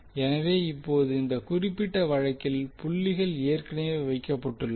எனவே இப்போது இந்த குறிப்பிட்ட வழக்கில் புள்ளிகள் ஏற்கனவே வைக்கப்பட்டுள்ளன